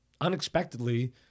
unexpectedly